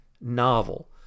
novel